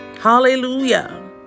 Hallelujah